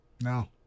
No